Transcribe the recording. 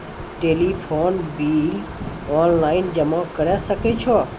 Telephone bill online जमा करै सकै छौ?